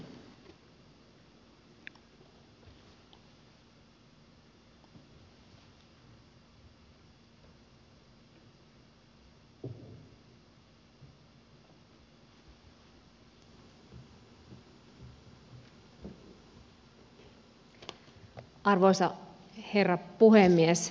arvoisa herra puhemies